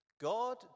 God